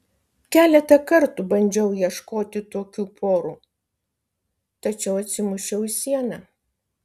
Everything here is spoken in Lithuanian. keletą kartų bandžiau ieškoti tokių porų tačiau atsimušiau į sieną